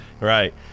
Right